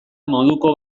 moduko